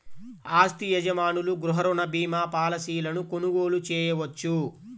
ఆస్తి యజమానులు గృహ రుణ భీమా పాలసీలను కొనుగోలు చేయవచ్చు